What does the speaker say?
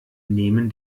nehmen